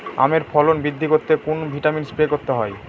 আমের ফলন বৃদ্ধি করতে কোন ভিটামিন স্প্রে করতে হয়?